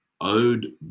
owed